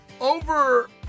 over